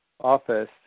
office